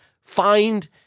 find